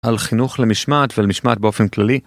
על חינוך למשמעת ולמשמעת באופן כללי.